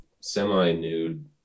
semi-nude